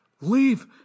leave